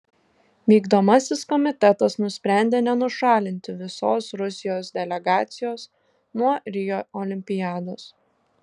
vykdomasis komitetas nusprendė nenušalinti visos rusijos delegacijos nuo rio olimpiados